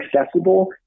accessible